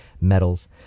metals